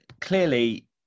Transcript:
clearly